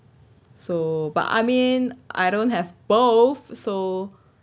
so but I mean I don't have both so